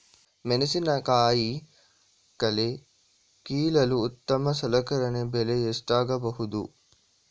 ಮೆಣಸಿನಕಾಯಿ ಕಳೆ ಕೀಳಲು ಉತ್ತಮ ಸಲಕರಣೆ ಬೆಲೆ ಎಷ್ಟಾಗಬಹುದು?